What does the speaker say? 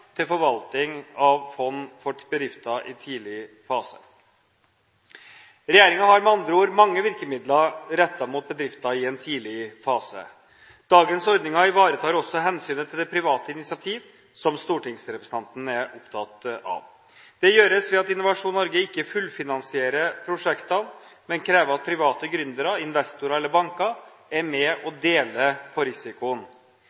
til forvaltning av fond for bedrifter i tidlig fase. Regjeringen har med andre ord mange virkemidler rettet mot bedrifter i en tidlig fase. Dagens ordninger ivaretar også hensynet til det private initiativ, som stortingsrepresentanten er opptatt av. Det gjøres ved at Innovasjon Norge ikke fullfinansierer prosjektene, men krever at private gründere, investorer eller banker er med